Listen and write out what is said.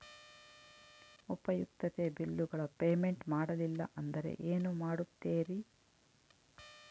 ಉಪಯುಕ್ತತೆ ಬಿಲ್ಲುಗಳ ಪೇಮೆಂಟ್ ಮಾಡಲಿಲ್ಲ ಅಂದರೆ ಏನು ಮಾಡುತ್ತೇರಿ?